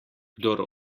kdor